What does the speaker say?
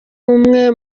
umwe